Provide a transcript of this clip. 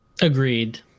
agreed